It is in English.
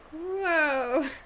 whoa